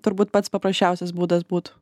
turbūt pats paprasčiausias būdas būtų